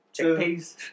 Chickpeas